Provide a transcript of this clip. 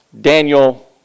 Daniel